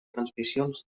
transmissions